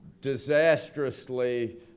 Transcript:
disastrously